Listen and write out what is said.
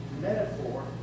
metaphor